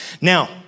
Now